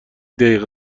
دقیقه